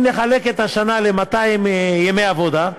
אם נחלק את השנה ל-200 ימי עבודה,